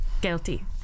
guilty